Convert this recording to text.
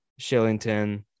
Shillington